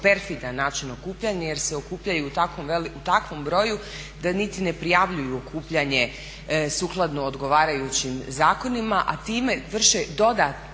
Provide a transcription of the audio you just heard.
perfidan način okupljanja jer se okupljaju u takvom broju da niti ne prijavljuju okupljanje sukladno ogovarajućim zakonima, a time vrše dodatni